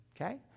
Okay